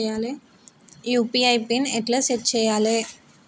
UPI pin ఎట్లా set చేయాలే?